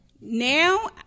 Now